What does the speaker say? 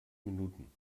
minuten